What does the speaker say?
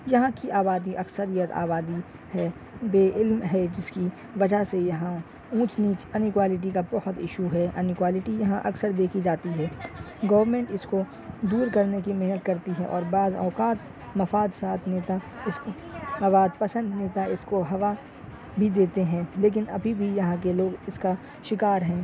یہاں کی آبادی اکثریت آبادی ہے بے علم ہے جس کی وجہ سے یہاں اونچ نیچ ان ایکوالٹی کا بہت ایشو ہے ان ایکوالٹی یہاں اکثر دیکھی جاتی ہے گورنمنٹ اس کو دور کرنے کی محنت کرتی ہے اور بعض اوقات مفاد سات نیتا اس کو مفاد پسند نیتا اس کو ہوا بھی دیتے ہیں لیکن ابھی بھی یہاں کے لوگ اس کا شکار ہیں